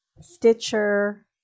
stitcher